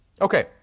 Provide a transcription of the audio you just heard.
Okay